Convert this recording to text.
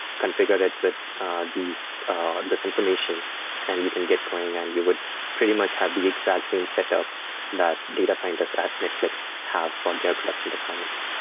configure it but with this information and you can get going and you would pretty much have the exact same setup that data scientists at netflix have for their production deployments.